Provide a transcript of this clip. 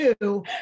two